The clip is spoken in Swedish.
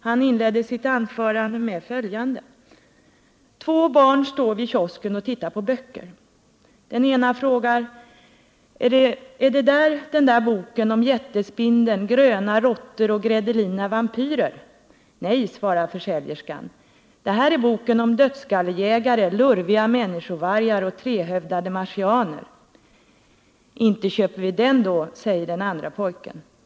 Hon inledde sitt anförande med följande: ”Två barn står vid kiosken och tittar på böcker. Den ena frågar: Är det där den där boken om jättespindeln, gröna råttor och gredelina vampyrer? Nej, svarar försäljerskan, det här är boken om dödskallejägare, lurviga mänskovargar, trehövdade marsianer. Inte köper vi den då, säger den andra pojken.